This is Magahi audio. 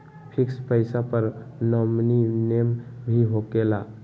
फिक्स पईसा पर नॉमिनी नेम भी होकेला?